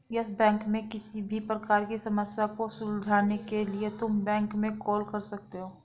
yes Bank में किसी भी प्रकार की समस्या को सुलझाने के लिए तुम बैंक में कॉल कर सकते हो